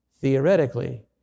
theoretically